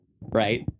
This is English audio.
right